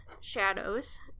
shadows